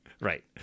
Right